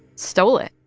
stole it,